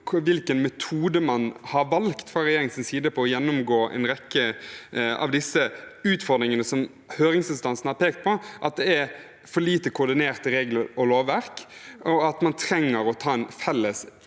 hvilken metode man har valgt fra regjeringens side for å gjennomgå en rekke av disse utfordringene som høringsinstansene har pekt på – at det er for lite koordinerte regler og lovverk, og at man trenger å ta en felles